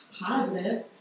positive